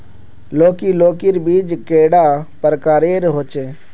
लौकी लौकीर बीज कैडा प्रकारेर होचे?